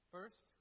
First